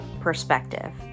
perspective